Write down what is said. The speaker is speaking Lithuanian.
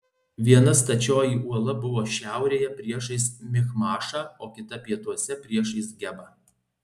viena stačioji uola buvo šiaurėje priešais michmašą o kita pietuose priešais gebą